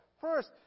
First